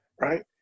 Right